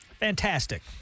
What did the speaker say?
Fantastic